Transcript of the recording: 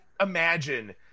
imagine